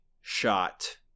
shot